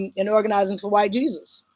and and organizing for white jesus.